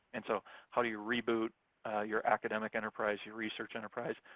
and so how do you reboot your academic enterprise, your research enterprise,